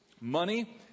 money